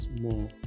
more